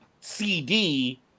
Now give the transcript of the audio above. CD